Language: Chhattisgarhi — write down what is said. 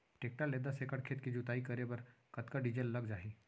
टेकटर ले दस एकड़ खेत के जुताई करे बर कतका डीजल लग जाही?